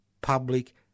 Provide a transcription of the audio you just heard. public